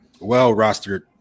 well-rostered